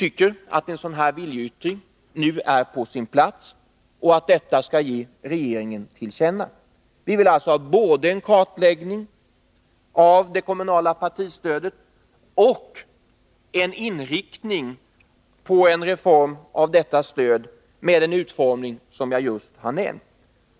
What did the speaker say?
anser att en sådan här viljeyttring nu är på sin plats och att detta skall ges regeringen till känna. Vi vill alltså ha både en kartläggning av det kommunala partistödet och en inriktning på en reform av detta stöd, med den utformning som jag just har nämnt.